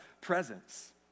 presence